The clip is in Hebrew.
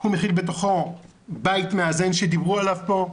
הוא מכיל בתוכו בית מאזן שדיברו עליו פה,